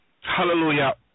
Hallelujah